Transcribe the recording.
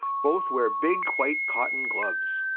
both wear big white cotton gloves.